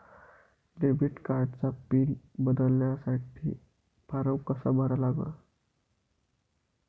Debit कार्डचा pin बदलासाठी form कसा भरा लागन?